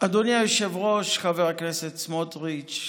אדוני היושב-ראש, חבר הכנסת סמוטריץ',